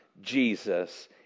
Jesus